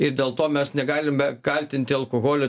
ir dėl to mes negalime kaltinti alkoholio